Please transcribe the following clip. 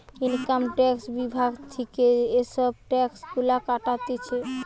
income tax বিভাগ থিকে এসব ট্যাক্স গুলা কাটছে